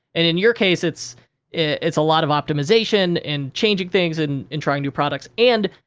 and in your case, it's it's a lot of optimization and changing things and and trying new products. and,